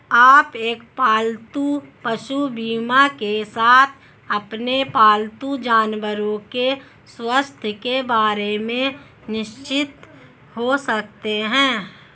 आप एक पालतू पशु बीमा के साथ अपने पालतू जानवरों के स्वास्थ्य के बारे में निश्चिंत हो सकते हैं